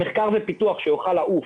המחקר ופיתוח שיוכל לעוף.